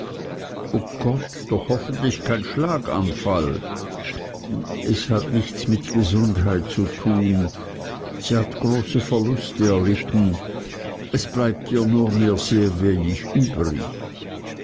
o gott doch hoffentlich kein schlaganfall es hat mit gesundheit nichts zu tun sir sie hat große verluste erlitten es bleibt ihr nur mehr sehr wenig übrig